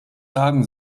sagen